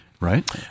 right